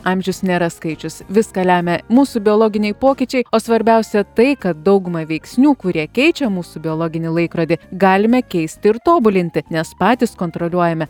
amžius nėra skaičius viską lemia mūsų biologiniai pokyčiai o svarbiausia tai kad daugumą veiksnių kurie keičia mūsų biologinį laikrodį galime keisti ir tobulinti nes patys kontroliuojame